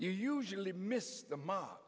you usually miss the mob